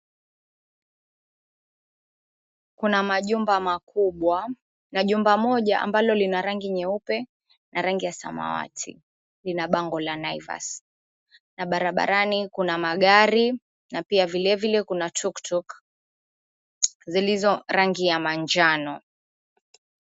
Kuna majumba makubwa na jumba moja ambalo lina rangi nyeupe na rangi ya samawati lina bango la Naivas na barabarani kuna magari na pia vilevile kuna tuktuk zilizo rangi ya manjano.